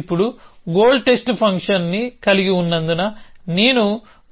ఇప్పుడు goal test ఫంక్షన్ని కలిగి ఉన్నందున నేను